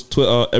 Twitter